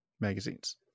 magazines